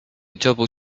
double